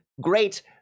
great